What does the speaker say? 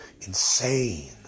insane